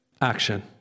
Action